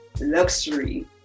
Luxury